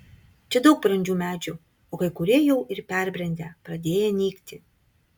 čia daug brandžių medžių o kai kurie jau ir perbrendę pradėję nykti